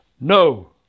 no